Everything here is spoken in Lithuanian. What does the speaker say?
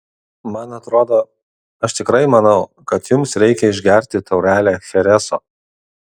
man atrodo aš tikrai manau kad jums reikia išgerti taurelę chereso